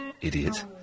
Idiot